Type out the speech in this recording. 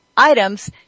items